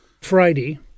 Friday